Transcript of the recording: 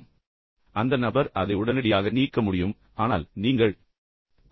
பின்னர் அந்த நபர் அதை உடனடியாக நீக்க முடியும் ஆனால் நீங்கள்